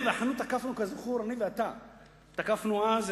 אנחנו תקפנו אז,